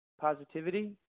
positivity